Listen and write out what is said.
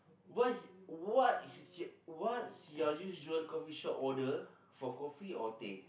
what's what's what's your usual coffee shop order for coffee or tea